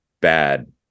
bad